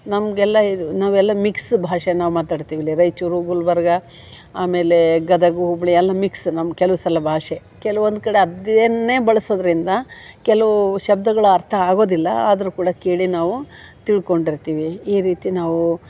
ನಮಗೆಲ್ಲ ಇದು ನಾವೆಲ್ಲ ಮಿಕ್ಸು ಭಾಷೆ ನಾವು ಮಾತಾಡ್ತೀವಿ ಇಲ್ಲಿ ರಾಯ್ಚೂರು ಗುಲ್ಬರ್ಗ ಆಮೇಲೆ ಗದಗ ಹುಬ್ಬಳ್ಳಿ ಎಲ್ಲ ಮಿಕ್ಸ್ ನಮ್ಮ ಕೆಲವ್ ಸಲ ಭಾಷೆ ಕೆಲ್ವೊಂದು ಕಡೆ ಅದನ್ನೇ ಬಳಸೋದ್ರಿಂದ ಕೆಲ್ವು ಶಬ್ದಗಳು ಅರ್ಥ ಆಗೋದಿಲ್ಲ ಆದರೂ ಕೂಡ ಕೇಳಿ ನಾವು ತಿಳ್ಕೊಂಡಿರ್ತೀವಿ ಈ ರೀತಿ ನಾವು